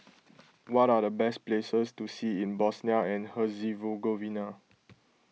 what are the best places to see in Bosnia and Herzegovina